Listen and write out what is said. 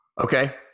Okay